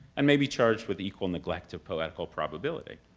and may be charged with equal neglect of poetical probability.